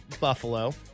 Buffalo